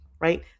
right